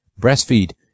Breastfeed